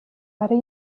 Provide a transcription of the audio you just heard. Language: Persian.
برای